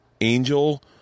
Angel